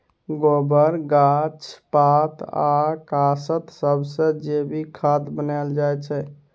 गोबर, गाछ पात आ कासत सबसँ जैबिक खाद बनाएल जाइ छै